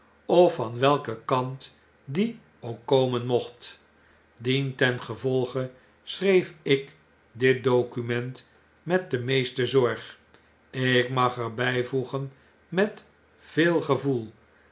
van welken kant die ook komen mocnt dientengevolge schreef ik dit document met de meeste zorg ik mag er byvoegen met veel gevoel